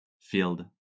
field